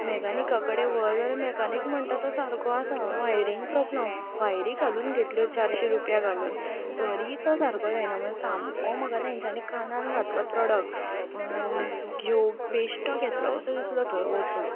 मॅकानिका कडेन व्हर जाल्यार मॅकानीक म्हणटा तो सारको आसा वायरींग प्रोब्लम वायरी घालून घेतल्यो चारशी रुपया घालून तरीय तो सारको जायना म्हणल्यार सोमको म्हाका तांच्यांनी कानांत घातलो प्रॉडक्ट बेश्टो घेतलो कसो दिसलो तो वचून